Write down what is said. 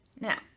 now